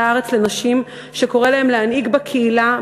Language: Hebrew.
הארץ לנשים שקוראים להן להנהיג בקהילה,